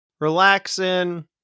relaxing